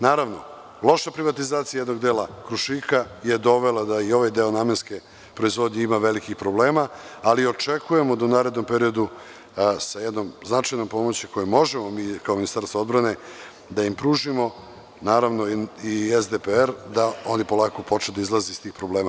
Naravno, loša privatizacija jednog dela „Krušika“ je dovela da ovaj deo namenske proizvodnje ima velikih problema, ali očekujemo da u narednom periodu, sa jednom značajnom pomoći, koju možemo mi kao Ministarstvo odbrane da im pružimo, naravno i SDPR, oni polako počnu da izlaze iz tih problema.